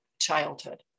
childhood